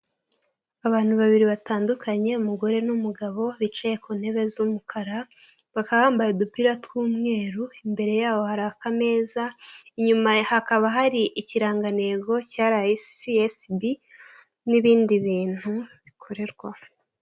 Abantu babiri batandukanye umugore n'umugabo, bicaye ku ntebe z'umukara, bakaba bambaye udupira tw'umweru, imbere yaho hari akameza inyuma hakaba hari ikiranga ntego cya ara esi esi bi n'ibindi bintu bikorerwamo.